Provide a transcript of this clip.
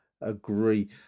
agree